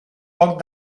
poc